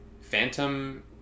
Phantom